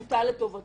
כול צובר כוח רב